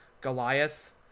Goliath